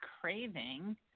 craving